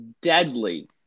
deadly